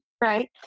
right